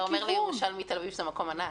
אתה אומר לירושלמי שתל אביב היא מקום ענק?